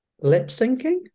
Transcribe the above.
lip-syncing